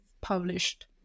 published